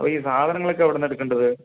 അപ്പോൾ ഈ സാധനങ്ങളൊക്കെ എവിടുന്നാണ് എടുക്കേണ്ടത്